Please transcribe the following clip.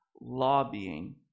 lobbying